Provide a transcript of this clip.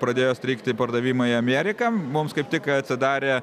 pradėjo strigti pardavimai į ameriką mums kaip tik atsidarė